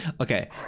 Okay